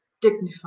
dignified